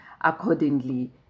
accordingly